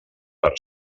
per